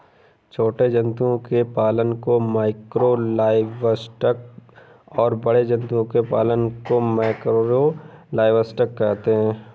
छोटे जंतुओं के पालन को माइक्रो लाइवस्टॉक और बड़े जंतुओं के पालन को मैकरो लाइवस्टॉक कहते है